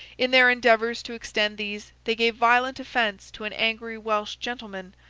in their endeavours to extend these, they gave violent offence to an angry welsh gentleman,